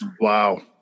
Wow